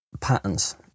patterns